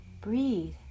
Breathe